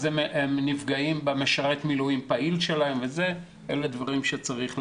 הם נפגעים במשרת מילואים פעיל שלהם ואלה דברים שצריך לתקן.